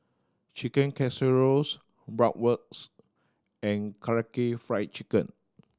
Chicken Casserole Bratwurst and Karaage Fried Chicken